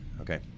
Okay